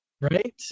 Right